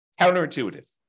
Counterintuitive